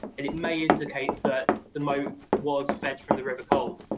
and it may indicate that the moat was fed from the river cole,